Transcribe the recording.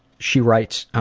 she writes,